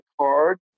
card